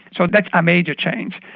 so that's a major change.